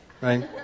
right